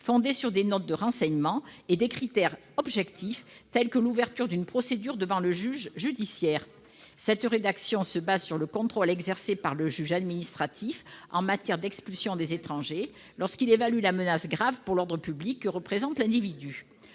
fondés sur des notes de renseignement, et des critères « objectifs », tels que l'ouverture d'une procédure devant le juge judiciaire. Cette rédaction se fonde sur le contrôle exercé par le juge administratif en matière d'expulsion des étrangers lorsqu'il évalue la menace grave pour l'ordre public que représente un individu.